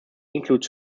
includes